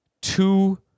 two